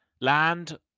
Land